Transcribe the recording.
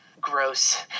gross